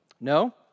No